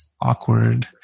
awkward